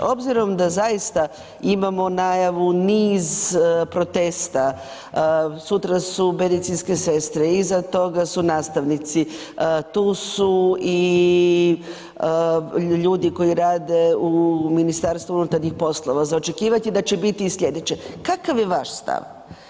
Obzirom da zaista imamo najavu niz protesta, sutra su medicinske sestre, iza toga su nastavnici, tu su i ljudi koji rade u MUP-u, za očekivati je da će biti i sljedeće, kakav je vaš stav.